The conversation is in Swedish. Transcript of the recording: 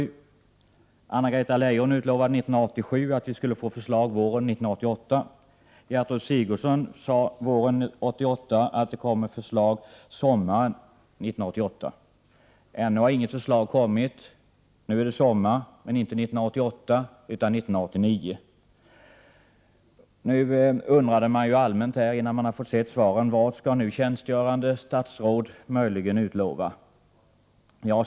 År 1987 utlovade justitieminister Anna-Greta Leijon att ett förslag skulle komma 1988. Gertrud Sigurdsen sade våren 1988 att ett förslag skulle komma sommaren 1988. Men ännu har inget förslag lagts fram. Nu är det sommar, men inte 1988 utan 1989. Innan svaret kom på min fråga undrade jag vad justitieministern nu skulle utlova.